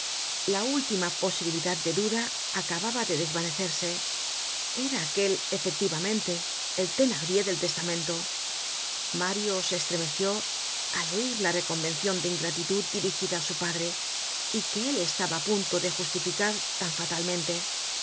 la última posibilidad de duda acababa de desvanecerse era aquel efectivamente el thenardier del testamento mario se estremeció al oir la reconvencion de ingratitud dirigida á su padre y que él estaba á punto de justificar tan fatalmente